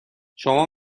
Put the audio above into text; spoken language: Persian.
شما